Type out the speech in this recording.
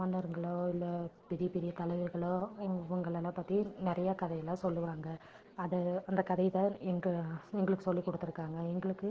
மன்னருங்களோ இல்லை பெரிய பெரிய தலைவர்களோ அவர்களெல்லாம் பற்றி நிறைய கதையெல்லாம் சொல்வாங்க அது அந்த கதையை தான் எங்கள் எங்களுக்கு சொல்லிக் கொடுத்துருக்காங்க எங்களுக்கு